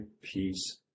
peace